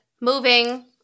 moving